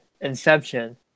Inception